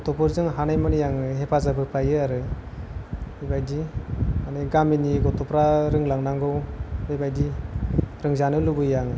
गथ'फोरजों हानायमानि आङो हेफाजाब होफायो आरो बेबायदि मानि गामिनि गथ'फ्रा रोंलांनांगौ बेबायदि रोंजानो लुगैयो आङो